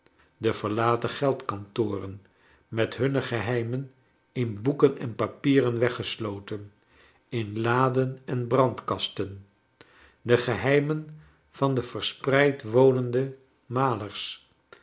de verlaten geldkantoren met hunne geheimen in bceken en papieren weggesloten in laden en brandkasten de geheimen van de verspreid wonende